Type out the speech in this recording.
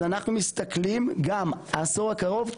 אז אנחנו מסתכלים גם העשור הקרוב,